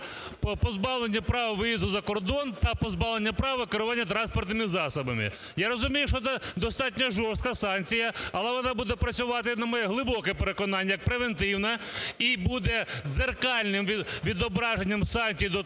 позбавлення права виїзду за кордон та позбавлення права керування транспортними засобами". Я розумію, що це достатньо жорстка санкція, але вона буде працювати, на моє глибоке переконання, як превентивна, і буде дзеркальним відображенням санкцій до